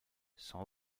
sans